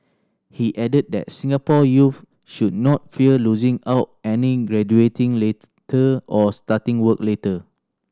he added that Singapore youths should not fear losing out and in graduating later or starting work later